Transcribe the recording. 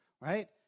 right